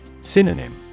Synonym